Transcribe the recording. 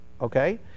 okay